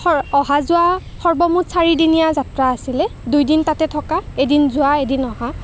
সৰহ অহা যোৱা সৰ্বমুঠ চাৰিদিনীয়া যাত্ৰা আছিলে দুইদিন তাতে থকা এদিন যোৱা এদিন অহা